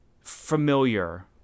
familiar